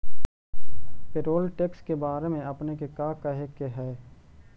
Payroll tax के बारे में आपने के का कहे के हेअ?